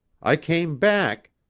i came back.